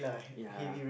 yeah